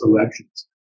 elections